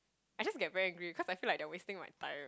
I just get very angry cause I feel like they're wasting my time